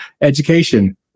education